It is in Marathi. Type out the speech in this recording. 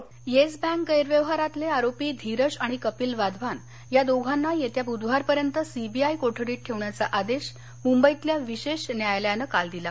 वाधवान येस बँक गैरव्यवहारातले आरोपी धीरज आणि कपिल वाधवान या दोघांना येत्या बृधवारपर्यंत सीबीआय कोठडीत ठेवण्याचा आदेश मुंबईतल्या विशेष न्यायालयानं काल दिला